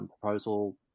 proposal